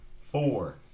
four